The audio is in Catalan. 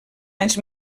anys